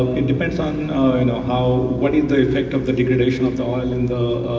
it depends on you know how, what is the effect of the degradation of the oil in the